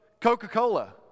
Coca-Cola